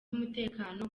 k’umutekano